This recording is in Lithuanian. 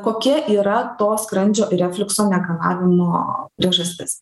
kokia yra to skrandžio ir refliukso negalavimo priežastis